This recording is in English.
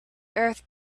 earth